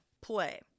play